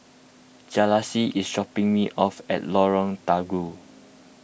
Jalisa is dropping me off at Lorong Terigu